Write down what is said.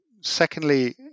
Secondly